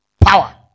Power